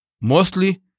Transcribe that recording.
mostly